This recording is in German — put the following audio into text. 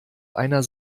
einer